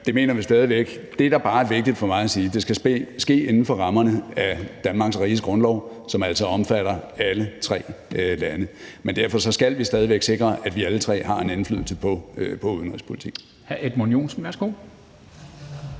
her på øen. Det, der bare er vigtigt for mig at sige, er, at det skal ske inden for rammerne af Danmarks Riges Grundlov, som altså omfatter alle tre lande. Men derfor skal vi stadig væk sikre, at vi alle tre har en indflydelse på udenrigspolitikken.